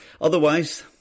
otherwise